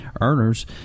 earners